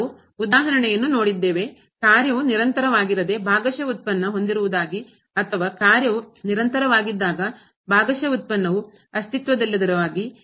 ನಾವು ಉದಾಹರಣೆಯನ್ನು ನೋಡಿದ್ದೇವೆ ಕಾರ್ಯವು ನಿರಂತರವಾಗಿರದೆ ಭಾಗಶಃ ಉತ್ಪನ್ನ ಹೊಂದಿರುವುದಾಗಿ ಅಥವಾ ಕಾರ್ಯವು ನಿರಂತರವಾಗಿದ್ದಾಗ ಭಾಗಶಃ ಉತ್ಪನ್ನವು ಅಸ್ತಿತ್ವದಲ್ಲಿಲ್ಲದಿರುವುದಾಗಿ